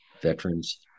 veterans